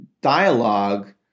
dialogue